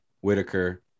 Whitaker